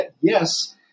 yes